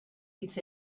hitz